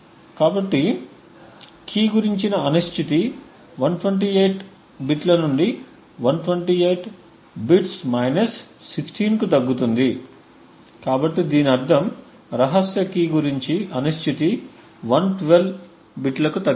కాబట్టి కీ గురించిన అనిశ్చితి 128 బిట్ల నుండి 128 బిట్స్ మైనస్ 16 కు తగ్గుతుంది కాబట్టి దీని అర్థం రహస్య కీ గురించి అనిశ్చితి 112 బిట్లకు తగ్గింది